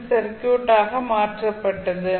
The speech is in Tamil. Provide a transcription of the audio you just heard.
சி சர்க்யூட் ஆக மாற்றப்பட்டது